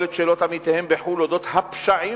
את שאלות עמיתיהם בחו"ל על "הפשעים",